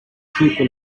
people